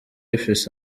ifise